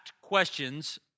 Questions